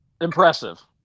impressive